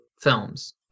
films